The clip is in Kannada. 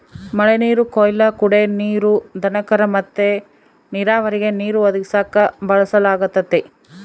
ಮಳೆನೀರು ಕೊಯ್ಲು ಕುಡೇ ನೀರು, ದನಕರ ಮತ್ತೆ ನೀರಾವರಿಗೆ ನೀರು ಒದಗಿಸಾಕ ಬಳಸಲಾಗತತೆ